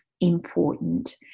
important